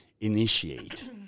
initiate